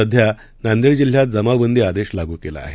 सध्या नांदेड जिल्ह्यात जमावबंदी आदेश लागू केला आहे